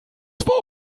war